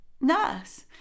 Nurse